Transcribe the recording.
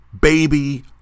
baby